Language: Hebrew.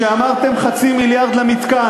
להטעות את הציבור כשאמרתם, חצי מיליארד למתקן.